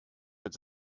mit